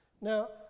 Now